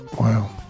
wow